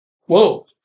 whoa